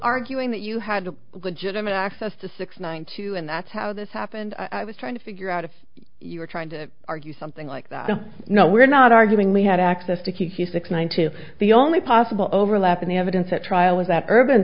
arguing that you had a legitimate access to six nine two and that's how this happened i was trying to figure out if you were trying to argue something like that no we're not arguing we had access to keep the six one two the only possible overlap in the evidence at trial is that urban